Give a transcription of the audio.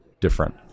different